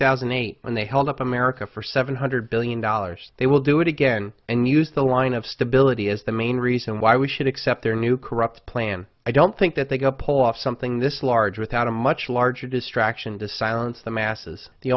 thousand and eight when they held up america for seven hundred billion dollars they will do it again and use the line of stability as the main reason why we should accept their new corrupt plan i don't think that they go pull off something this large without a much larger distraction to silence the masses the